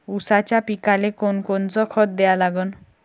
ऊसाच्या पिकाले कोनकोनचं खत द्या लागन?